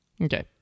okay